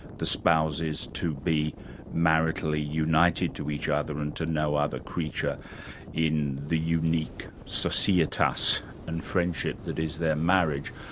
the spouses, to be maritally united to each other and to no other creature in the unique societas and friendship that is their marriage.